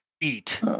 eat